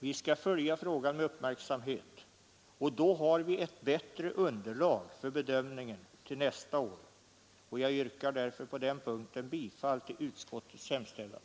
Vi skall följa frågan med uppmärksamhet. Då får vi ett bättre underlag för bedömningen till nästa år. Jag yrkar på den punkten bifall till utskottets hemställan.